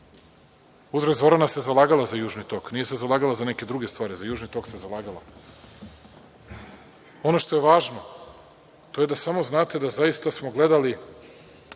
Uzgred, Zorana se zalagala za Južni tok. Nije se zalagala za neke druge stvari, a za Južni tok se zalagala. Ono što je važno, to je da samo znate da smo zaista gledali